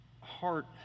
heart